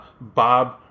Bob